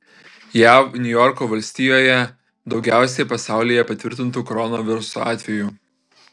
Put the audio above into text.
jav niujorko valstijoje daugiausiai pasaulyje patvirtintų koronaviruso atvejų